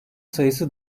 sayısı